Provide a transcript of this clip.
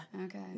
Okay